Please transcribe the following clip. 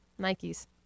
Nikes